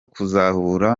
kuzahura